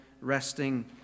resting